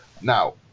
Now